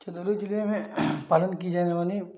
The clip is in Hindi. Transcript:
चंदौली जिले में पालन की जाने वाली